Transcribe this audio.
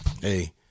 Hey